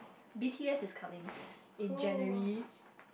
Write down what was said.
B_T_S is coming in January